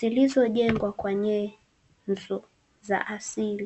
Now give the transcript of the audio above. zilizojengwa kwa nyenzo za asili.